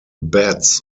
bats